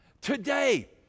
Today